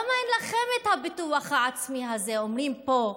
למה אין לכם את הביטחון העצמי הזה, אומרים פה,